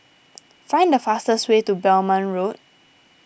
find the fastest way to Belmont Road